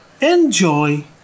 Enjoy